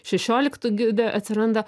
šešioliktų gide atsiranda